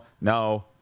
No